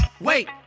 Wait